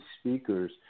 speakers